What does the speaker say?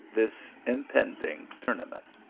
this impending tournament.